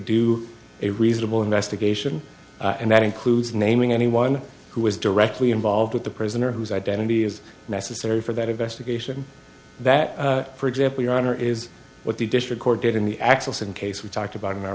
do a reasonable investigation and that includes naming anyone who was directly involved with the prisoner whose identity is necessary for that investigation that for example your honor is what the district court did in the access in case we talked about in our